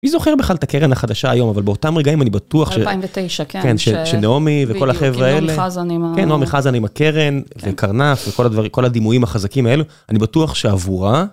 מי זוכר בכלל את הקרן החדשה היום, אבל באותם רגעים אני בטוח ש... 2009, כן. כן, שנעמי וכל החבר'ה האלה. נעמי חזן עם ה... כן, נעמי חזן עם הקרן, וקרנף, וכל הדברים, כל הדימויים החזקים האלה, אני בטוח שעבורה